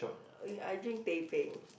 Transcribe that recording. uh I I drink teh peng